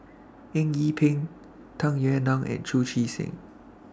Eng Yee Peng Tung Yue Nang and Chu Chee Seng